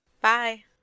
Bye